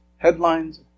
Headlines